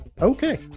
Okay